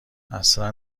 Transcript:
اصلا